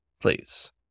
please